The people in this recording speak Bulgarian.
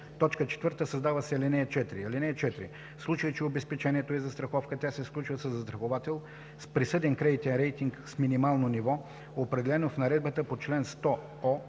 по ред.” 4. Създава се ал. 4: „(4) В случай, че обезпечението е застраховка, тя се сключва със застраховател с присъден кредитен рейтинг с минимално ниво, определено с наредбата по чл. 100о,